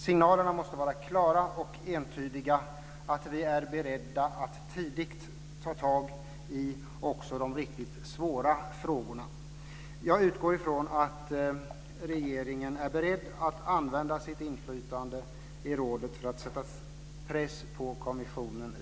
Signalerna måste vara klara och entydiga om att vi är beredda att tidigt ta tag också i de riktigt svåra frågorna. Jag utgår ifrån att regeringen är beredd att använda sitt inflytande i rådet för att sätta press på kommissionen.